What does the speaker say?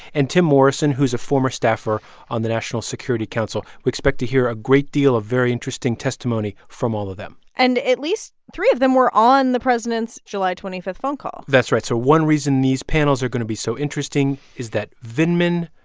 and tim morrison, who is a former staffer on the national security council. we expect to hear a great deal of very interesting testimony from all of them and at least three of them were on the president's july twenty five phone call that's right. so one reason these panels are going to be so interesting is that vindman,